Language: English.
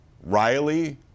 Riley